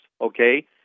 okay